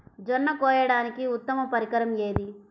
జొన్న కోయడానికి ఉత్తమ పరికరం ఏది?